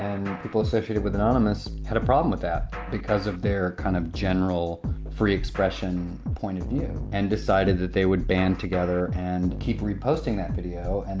and people associated with anonymous had a problem with that, because of their kind of general free expression point of view. and they decided that they would band together and keep reposting that video. and